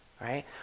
right